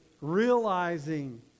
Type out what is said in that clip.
realizing